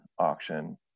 auction